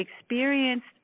experienced